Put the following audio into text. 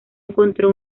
encontró